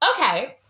okay